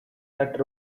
that